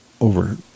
over